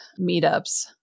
meetups